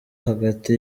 hagati